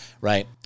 Right